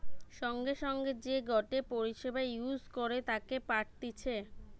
সঙ্গে সঙ্গে যে গটে পরিষেবা ইউজ করে টাকা পাঠতিছে